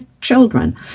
children